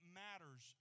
matters